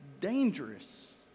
dangerous